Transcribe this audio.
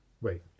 Wait